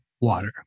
water